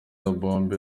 bombi